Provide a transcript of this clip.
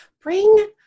Bring